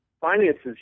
finances